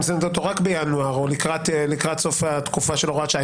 עושים אותו רק בינואר או לקראת סוף התקופה של הוראת השעה.